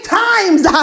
times